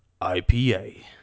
IPA